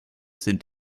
sind